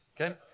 Okay